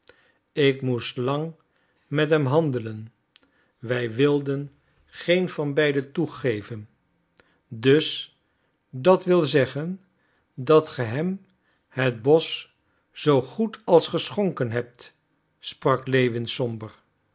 ik moest lang met hem handelen wij wilden geen van beiden toegeven dus dat wil zeggen dat ge hem het bosch zoo goed als geschonken hebt sprak